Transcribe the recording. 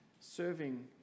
serving